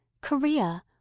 Korea